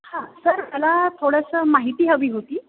हा सर मला थोडसं माहिती हवी होती